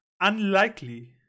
unlikely